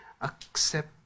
accept